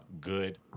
Good